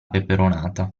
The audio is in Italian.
peperonata